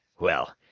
well,